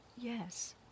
Yes